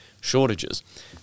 shortages